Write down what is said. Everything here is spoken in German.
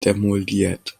demoliert